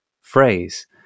phrase